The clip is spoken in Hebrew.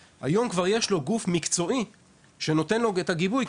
כבר יש היום גוף מקצועי שנותן לו את הגיבוי,